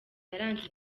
yaranze